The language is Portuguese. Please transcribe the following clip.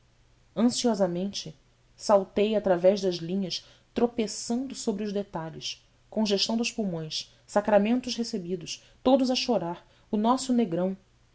ansiosamente saltei através das linhas tropeçando sobre os detalhes congestão dos pulmões sacramentos recebidos todos a chorar o nosso negrão